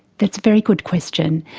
that's a very good question.